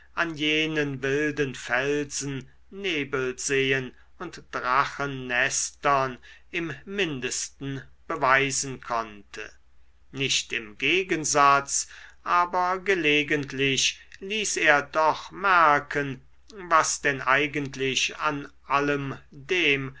an jenen wilden felsen nebelseen und drachennestern im mindesten beweisen konnte nicht im gegensatz aber gelegentlich ließ er doch merken was denn eigentlich an allem dem